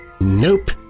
Nope